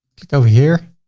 click over here,